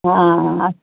ہاں